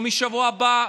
או שווקים מהשבוע הבא,